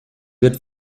good